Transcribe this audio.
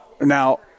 Now